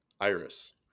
Iris